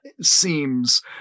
seems